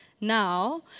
now